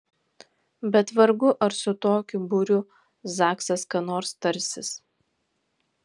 bet vargu ar su tokiu būriu zaksas ką nors tarsis